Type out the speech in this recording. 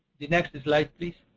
the next slide please.